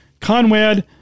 Conrad